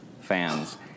fans